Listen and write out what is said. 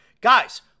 Guys